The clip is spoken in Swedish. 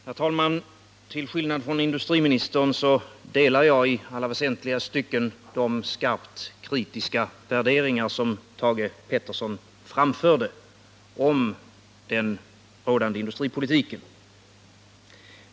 Herr talman! Till skillnad från industriministern delar jag i alla väsentliga stycken de skarpt kritiska värderingar som Thage Peterson framförde om den rådande industripolitiken.